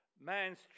man's